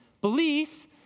belief